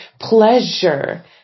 pleasure